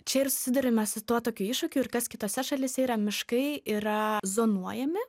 čia ir susiduriame su tuo tokiu iššūkiu ir kas kitose šalyse yra miškai yra zonuojami